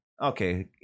Okay